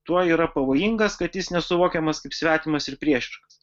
tuo yra pavojingas kad jis nesuvokiamas kaip svetimas ir priešiškas